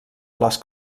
les